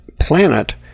planet